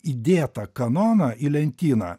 įdėtą kanoną į lentyną